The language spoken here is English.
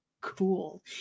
cool